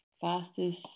fastest